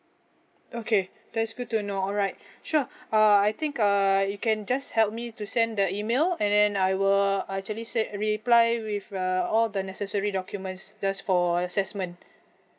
okay that's good to know alright sure uh I think uh you can just help me to send the email and then I will actually said reply with err all the necessary documents just for assessment